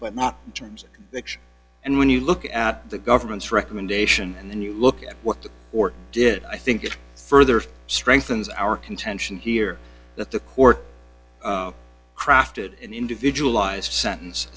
but not terms and when you look at the government's recommendation and then you look at what the or did i think it further strengthens our contention here that the court crafted in individualized sentence